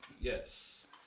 Yes